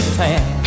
town